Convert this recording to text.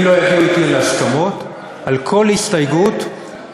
אם לא יגיעו אתי להסכמות, על כל הסתייגות יהיו,